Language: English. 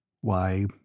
Why